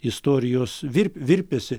istorijos virp virpesį